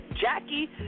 Jackie